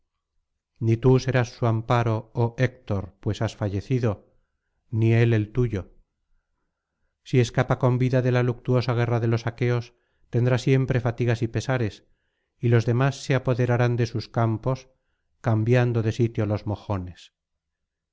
ni tú serás su amparo oh héctor pues has fallecido ni él el tuyo si escapa con vida de la luctuosa guerra de los aqueos tendrá siempre fatigas y pesares y los demás se apoderarán de sus campos cambiando de sitio los mojones